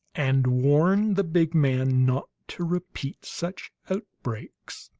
and warn the big man not to repeat such outbreaks.